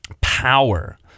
power